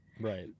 right